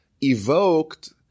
evoked